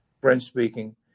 French-speaking